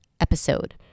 episode